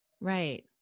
Right